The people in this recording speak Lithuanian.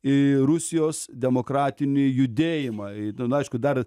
į rusijos demokratinį judėjimą į nu aišku dar